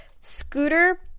Scooter